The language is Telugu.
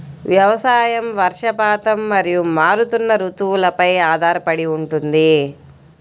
వ్యవసాయం వర్షపాతం మరియు మారుతున్న రుతువులపై ఆధారపడి ఉంటుంది